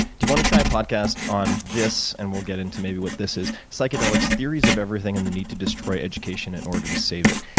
do you want to try a podcast on this, and we'll get into maybe what this is psychedelics, theories of everything, and the need to destroy education in order to save it?